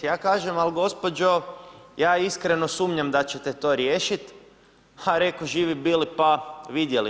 Ali ja kažem, ali gospođo ja iskreno sumnjam da ćete to riješiti, ha reko, živi bili pa vidjeli.